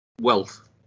wealth